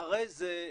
אחרי זה,